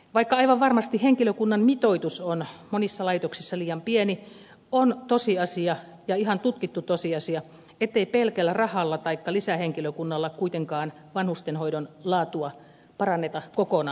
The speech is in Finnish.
vaikka aivan varmasti henkilökunnan mitoitus on monissa laitoksissa liian pieni on tosiasia ja ihan tutkittu tosiasia ettei pelkällä rahalla taikka lisähenkilökunnalla kuitenkaan vanhustenhoidon laatua paranneta kokonaan